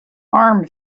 arm